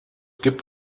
gibt